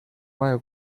vaja